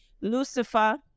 Lucifer